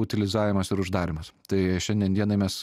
utilizavimas ir uždarymas tai šiandien dienai mes